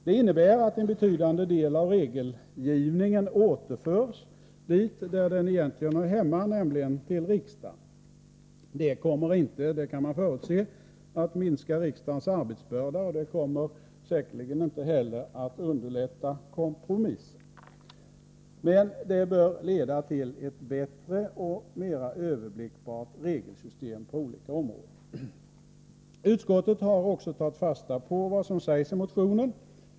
Detta innebär att en betydande del av regelgivningen återförs dit där den egentligen hör hemma, nämligen till riksdagen. Det kommer inte — det kan man förutse — att minska riksdagens arbetsbörda, och det kommer säkerligen inte heller att underlätta kompromisser. Men det bör leda till ett bättre och mera överblickbart regelsystem på olika områden. Utskottet har också tagit fasta på vad som sägs i motionen.